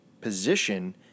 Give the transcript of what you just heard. position